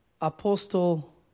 Apostle